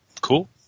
Cool